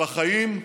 על החיים,